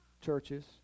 churches